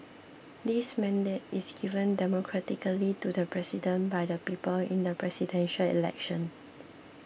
this mandate is given democratically to the president by the people in the Presidential Election